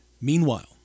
Meanwhile